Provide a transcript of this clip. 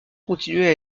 continuaient